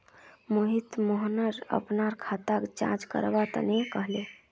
मोहित सोहनक अपनार खाताक जांच करवा तने कहले